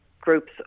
groups